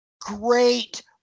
great